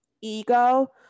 ego